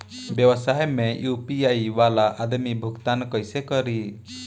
व्यवसाय में यू.पी.आई वाला आदमी भुगतान कइसे करीं?